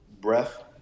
breath